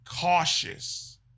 cautious